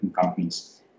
companies